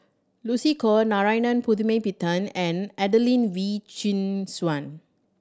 Lucy Koh Narana Putumaippittan and Adelene Wee Chin Suan